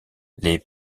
les